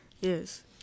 yes